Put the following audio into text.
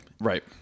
Right